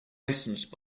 licensed